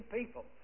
people